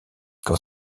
quand